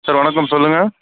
sir வணக்கம் சொல்லுங்கள்